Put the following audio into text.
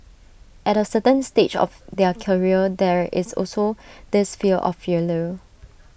at A certain stage of their career there is also this fear of failure